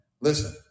listen